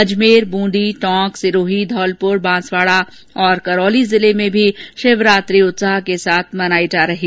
अजमेर बूंदी टोंक सिरोही धौलपुर बांसवाड़ा और करौली जिले में भी शिवरात्री उत्साह के साथ मनायी गयी